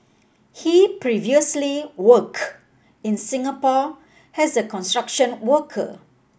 he previously worked in Singapore as a construction worker